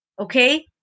okay